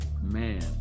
Man